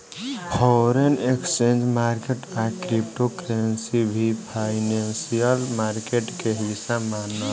foreign exchange market आ crypto currency भी financial market के हिस्सा मनाला